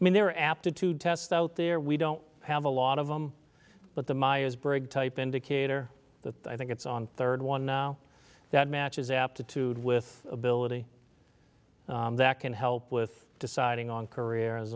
i mean there are aptitude tests out there we don't have a lot of them but the my is brig type indicator that i think it's on third one now that matches aptitude with ability that can help with deciding on career